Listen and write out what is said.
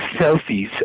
selfies